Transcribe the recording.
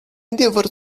never